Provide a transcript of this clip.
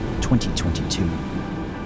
2022